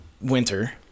winter